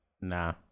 Nah